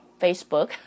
Facebook